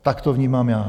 Tak to vnímám já.